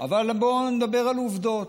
אבל בוא נדבר על עובדות.